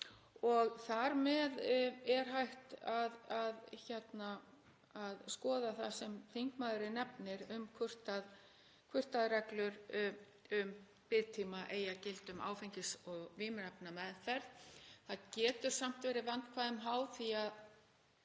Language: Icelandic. og þar með er hægt að skoða það sem þingmaðurinn nefnir um hvort reglur um biðtíma eigi að gilda um áfengis- og vímuefnameðferð. Það getur samt verið vandkvæðum háð því að